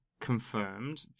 confirmed